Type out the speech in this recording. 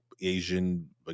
Asian